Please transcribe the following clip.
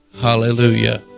Hallelujah